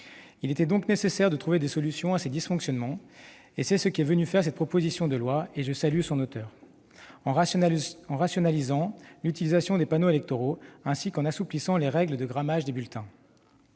Il était donc nécessaire de trouver des solutions à ces dysfonctionnements. C'est l'objet de cette proposition de loi, dont je salue l'auteur, en rationalisant l'utilisation des panneaux électoraux ainsi qu'en assouplissant les règles de grammage des bulletins.